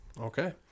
Okay